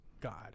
God